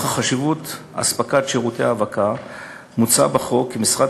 נוכח חשיבות אספקת שירותי ההאבקה מוצע בחוק כי משרד